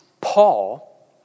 Paul